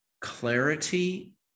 clarity